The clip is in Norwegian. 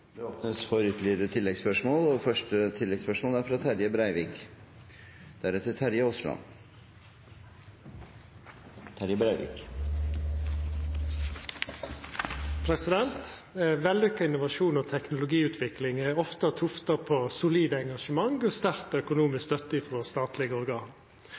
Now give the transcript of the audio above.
Det åpnes for oppfølgingsspørsmål – først Terje Breivik. Vellukka innovasjon og teknologiutvikling er ofte tufta på solid engasjement og sterk økonomisk støtte frå statlege organ.